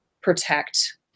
protect